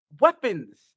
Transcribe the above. Weapons